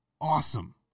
Awesome